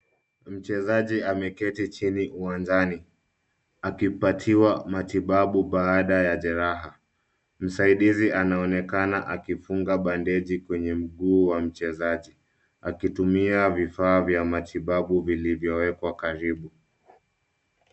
Mchezaji ameketi chini uwanjani akipatiwa matibabu baada ya jeraha. Msaidizi anaonekana akifunga bandeji kwenye mguu wa mchezaji akitumia vifaa vya matibabu vilivyowekwa karibu.